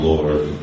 Lord